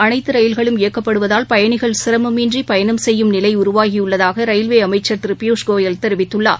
அனைத்தரயில்களும் இயக்கப்படுவதால் பயணிகள் சிரமம் நாட்டில் இன்றிபயணம் செய்யும் நிலைஉருவாகியுள்ளதாகரயில்வேத்துறைஅமைச்சர் திருபியூஷ் கோயல் தெரிவித்துள்ளார்